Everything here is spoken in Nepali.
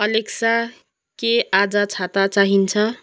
एलेक्सा के आज छाता चाहिन्छ